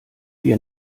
wir